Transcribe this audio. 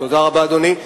תודה רבה, אדוני.